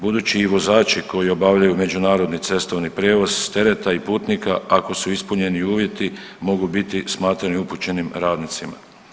Budući i vozači koji obavljaju međunarodni cestovni prijevoz tereta i putnika, ako su ispunjeni uvjeti, mogu biti smatrati upućenim radnicima.